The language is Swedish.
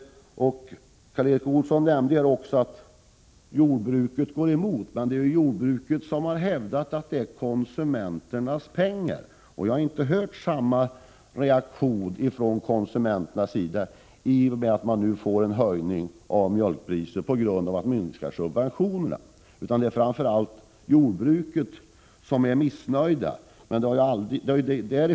Karl Erik Olsson nämnde också att jordbruket går emot detta. Men det är ju jordbrukarna som har hävdat att det rör sig om konsumenternas pengar. Man får inte samma reaktion från konsumenterna när mjölkpriset höjs på grund av att subventionerna minskar. Det är framför allt jordbrukarna som är missnöjda.